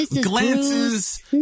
glances